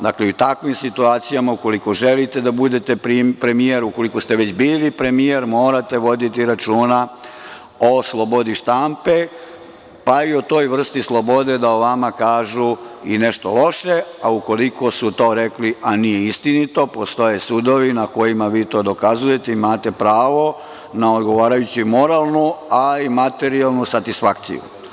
Dakle, i u takvim situacijama ukoliko želite da budete premijer, ukoliko ste već bili premijer, morate voditi računa o slobodi štampe, pa i o toj vrsti slobode da o vama kažu i nešto loše, a ukoliko su to rekli a nije istinito, postoje sudovi na kojima vi to dokazujete i imate pravo na odgovarajuću moralnu, ali i materijalnu satisfakciju.